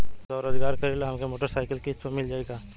हम स्वरोजगार करीला हमके मोटर साईकिल किस्त पर मिल जाई का?